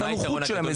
את הנוחות שלהם,